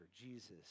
Jesus